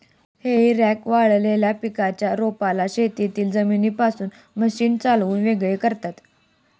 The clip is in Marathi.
हेई रेक वाळलेल्या पिकाच्या रोपाला शेतातील जमिनीपासून मशीन चालवून वेगळे करतात